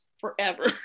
forever